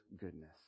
goodness